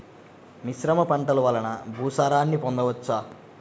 మిశ్రమ పంటలు వలన భూసారాన్ని పొందవచ్చా?